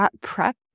prep